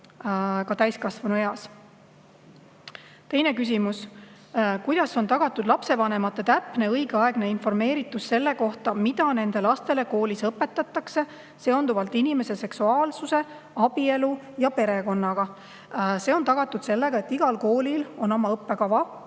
ka täiskasvanueas toetada. Teine küsimus: "Kuidas on tagatud lapsevanemate täpne ja õigeaegne informeeritus selle kohta, mida nende lastele koolis õpetatakse seonduvalt inimese seksuaalsuse, abielu ja perekonnaga?" See on tagatud sellega, et igal koolil on oma õppekava,